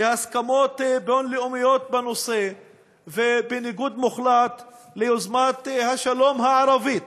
להסכמות בין-לאומיות בנושא ובניגוד מוחלט ליוזמת השלום הערבית,